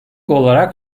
olarak